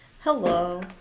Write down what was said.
Hello